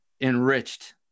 enriched